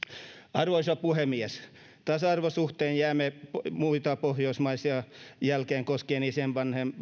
arvoisa puhemies tasa arvon suhteen jäämme muita pohjoismaita jälkeen koskien isien